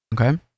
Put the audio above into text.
okay